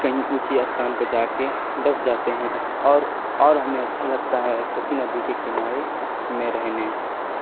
کیں اونچی اسھان پ جا کے بس جاتے ہیں اور اور ہمیں اچھا لگتا ہے کوسی ندی کے کنارے میں رہنے